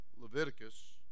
Leviticus